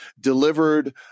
delivered